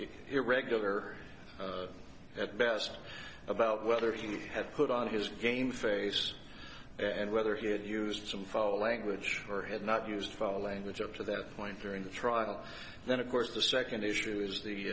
irregular at best about whether he had put on his game face and whether he had used some foul language or had not used foul language up to that point during the trial then of course the second issue is the